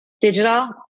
digital